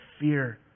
fear